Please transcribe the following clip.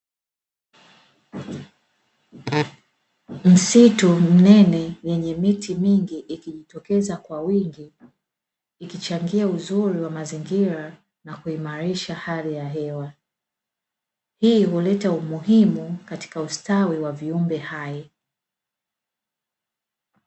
Msitu mnene wenye miti mingi ikijitokeza kwa wingi ikichangia uzuri wa mazingira na kuimarisha hali ya hewa hii huleta umuhimu katika ustawi wa viumbe hai .